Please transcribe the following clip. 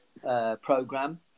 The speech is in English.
program